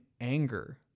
anger